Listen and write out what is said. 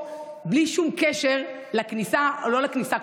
בלי שום קשר לכניסה או לא לכניסה.